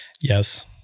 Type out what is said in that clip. Yes